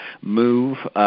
move